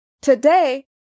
Today